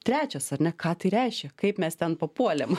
trečias ar ne ką tai reiškia kaip mes ten papuolėm